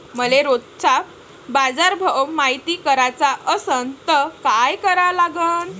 मले रोजचा बाजारभव मायती कराचा असन त काय करा लागन?